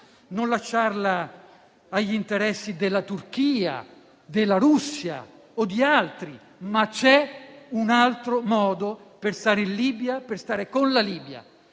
guerra civile e agli interessi della Turchia, della Russia o di altri. C'è un altro modo per stare in Libia e per stare con la Libia